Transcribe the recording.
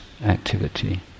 activity